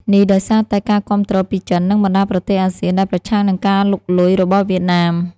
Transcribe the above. នេះដោយសារតែការគាំទ្រពីចិន និងបណ្ដាប្រទេសអាស៊ានដែលប្រឆាំងនឹងការលុកលុយរបស់វៀតណាម។